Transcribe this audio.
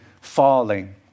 falling